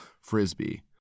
frisbee